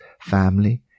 family